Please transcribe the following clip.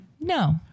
No